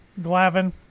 Glavin